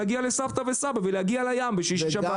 להגיע לסבא וסבתא ולהגיע לים בשישי-שבת.